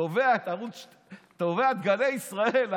תובע את גלי ישראל,